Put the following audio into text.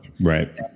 Right